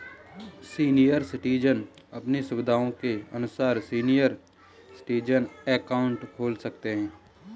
senior citizen अपनी सुविधा के अनुसार सीनियर सिटीजन अकाउंट खोल सकते है